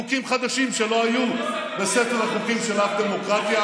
חוקים חדשים שלא היו בספר החוקים של אף דמוקרטיה,